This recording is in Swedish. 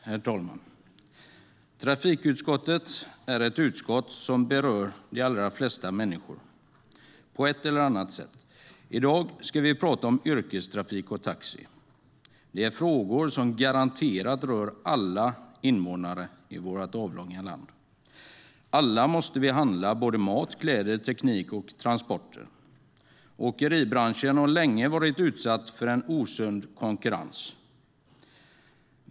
Herr talman! Trafikutskottet är ett utskott som berör de allra flesta människor på ett eller annat sätt. I dag ska vi prata om yrkestrafik och taxi. Det är frågor som garanterat rör alla invånare i vårt avlånga land. Alla måste vi handla såväl mat och kläder som teknik och transporter. Åkeribranschen har länge varit utsatt för en osund konkurrens.